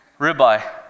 ribeye